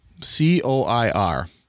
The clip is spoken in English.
C-O-I-R